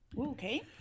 Okay